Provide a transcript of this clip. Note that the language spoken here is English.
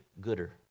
gooder